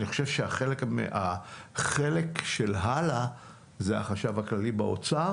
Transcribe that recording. אני חושב שהחלק של הלאה זה החשב הכללי באוצר